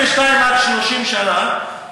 22 30 שנה.